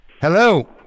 Hello